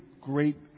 great